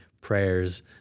prayers